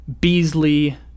Beasley